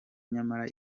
nyamara